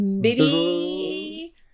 baby